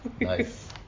nice